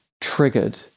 triggered